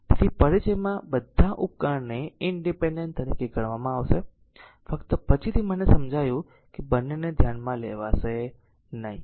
તેથી પરિચયમાં બધા ઉપકરણને ઇનડીપેન્ડેન્ટ તરીકે ગણવામાં આવશે ફક્ત પછીથી મને સમજાયું કે બંનેને ધ્યાનમાં લેવાશે નહીં